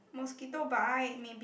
mosquito bite maybe